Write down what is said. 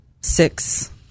six